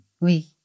Oui